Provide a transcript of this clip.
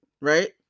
right